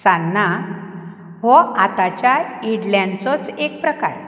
सान्नां हो आतांच्या इडल्यांचोच एक प्रकार